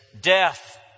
death